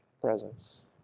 presence